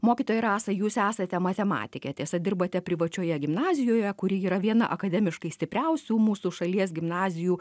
mokytoja rasa jūs esate matematikė tiesa dirbate privačioje gimnazijoje kuri yra viena akademiškai stipriausių mūsų šalies gimnazijų